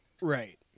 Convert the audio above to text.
Right